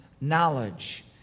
knowledge